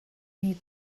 need